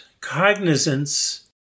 cognizance